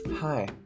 Hi